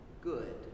good